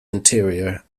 interior